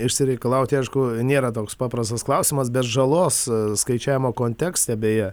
išsireikalauti aišku nėra toks paprastas klausimas bet žalos skaičiavimo kontekste beje